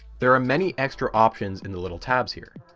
there are many extra options in the little tabs here.